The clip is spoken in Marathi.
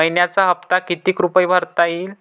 मइन्याचा हप्ता कितीक रुपये भरता येईल?